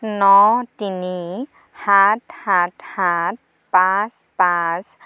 ন তিনি সাত সাত সাত পাঁচ পাঁচ